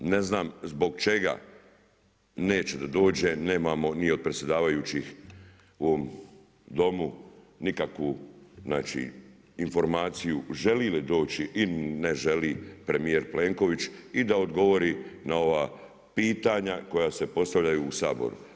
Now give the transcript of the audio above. Ne znam zbog čega neće da dođe, nemamo ni od predsjedavajućih u ovom Domu, nikakvu znači informaciju želi li doći ili ne želi premijer Plenković i da odgovori na ova pitanja koja se postavljaju u Saboru.